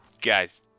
guys